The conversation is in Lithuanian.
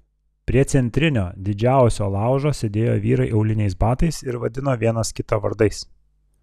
prie centrinio didžiausio laužo sėdėjo vyrai auliniais batais ir vadino vienas kitą vardais